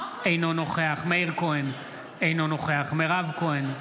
אינו נוכח מאיר כהן, אינו נוכח מירב כהן,